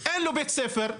אין לו בית ספר,